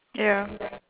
ya